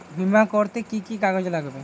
বিমা করতে কি কি কাগজ লাগবে?